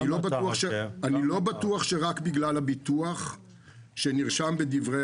אני לא בטוח שרק בגלל הביטוח שנרשם בדברי